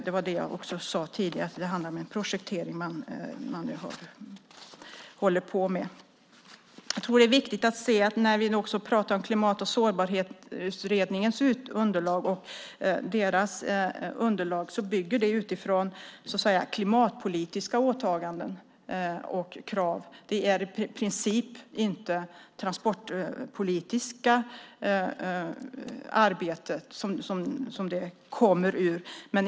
Det var det jag också sade tidigare, att det handlar om en projektering som man håller på med. Jag tror att det är viktigt att se, när vi nu också pratar om Klimat och sårbarhetsutredningens underlag, att det bygger på klimatpolitiska åtaganden och krav. Det är i princip inte det transportpolitiska arbetet som det kommer ur.